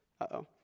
uh-oh